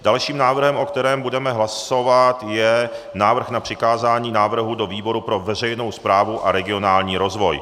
Dalším návrhem, o kterém budeme hlasovat, je návrh na přikázání návrhu do výboru pro veřejnou správu a regionální rozvoj.